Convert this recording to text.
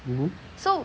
mmhmm